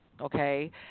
okay